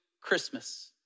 Christmas